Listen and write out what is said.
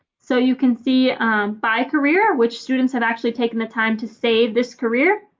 so you can see by career, which students have actually taken the time to save this career.